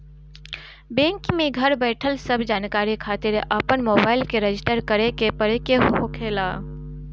bank में घर बईठल सब जानकारी खातिर अपन मोबाईल के रजिस्टर करे के पड़े के होखेला